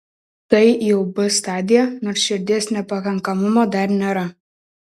tai jau b stadija nors širdies nepakankamumo dar nėra